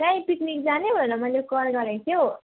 काहीँ पिकनिक जाने भनेर मैले कल गरेको थियो हो